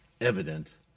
evident